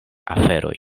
aferoj